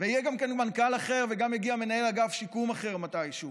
ויהיה גם כן מנכ"ל אחר וגם יגיע מנהל אגף שיקום אחר מתישהו.